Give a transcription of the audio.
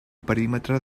perímetre